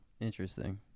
interesting